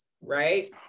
right